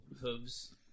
hooves